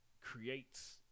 creates